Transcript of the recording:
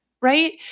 right